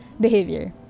behavior